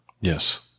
Yes